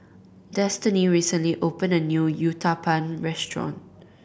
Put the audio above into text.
Destiney recently opened a new Uthapam Restaurant